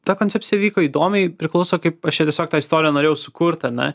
ta koncepcija vyko įdomiai priklauso kaip aš čia tiesiog tą istoriją norėjau sukurt ar ne